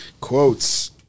Quotes